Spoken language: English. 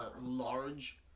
large